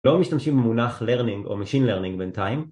לא משתמשים במונח Learning או Machine Learning בינתיים